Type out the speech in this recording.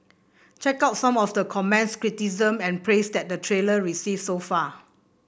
check out some of the comments criticism and praise that the trailer received so far